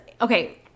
okay